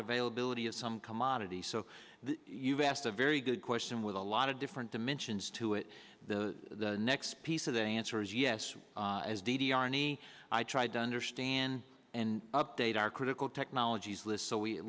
availability of some commodity so you've asked a very good question with a lot of different dimensions to it the next piece of the answer is yes as d d r any i tried to understand and update our critical technologies list so we at